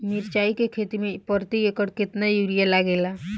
मिरचाई के खेती मे प्रति एकड़ केतना यूरिया लागे ला?